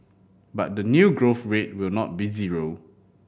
but the new growth rate will not be zero